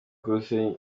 kure